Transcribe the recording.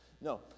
No